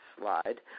slide